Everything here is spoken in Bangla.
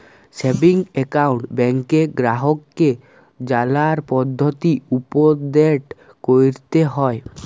সেভিংস একাউন্ট ব্যাংকে গ্রাহককে জালার পদ্ধতি উপদেট ক্যরতে হ্যয়